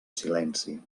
silenci